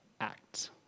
act